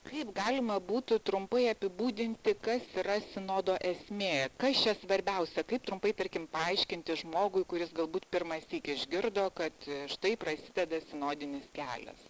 kaip galima būtų trumpai apibūdinti kas yra sinodo esmė kas čia svarbiausia kaip trumpai tarkim paaiškinti žmogui kuris galbūt pirmąsyk išgirdo kad štai prasideda sinodinis kelias